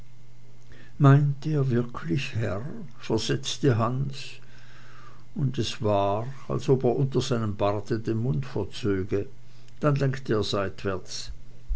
ihr wirklich herr versetzte hans und es war als ob er unter seinem barte den mund verzöge dann lenkte er seitwärts